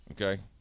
okay